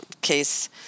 case